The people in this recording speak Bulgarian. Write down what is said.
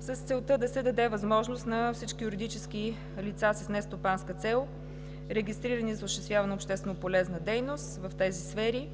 с целта да се даде възможност на всички юридически лица с нестопанска цел, регистрирани за осъществяване на общественополезна дейност в тези сфери,